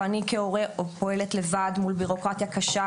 ואני כהורה פועלת לבד מול ביורוקרטיה קשה.